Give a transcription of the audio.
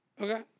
Okay